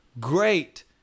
great